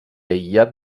aïllat